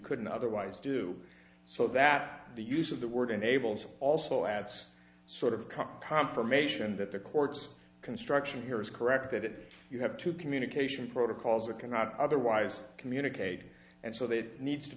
couldn't otherwise do so that the use of the word enables also adds sort of come from ation that the courts construction here is correct that you have to communication protocols or cannot otherwise communicate and so they need to